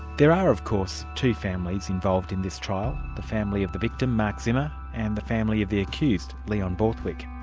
there are of course two families involved in this trial the family of the victim, mark zimmer and the family of the accused, leon borthwick.